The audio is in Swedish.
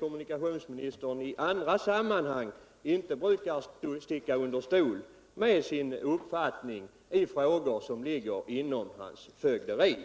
Kommunikationsministern brukar ju inte i andra sammanhang sticka under stol med sin uppfattning i frågor som ligger inom hans fögderi.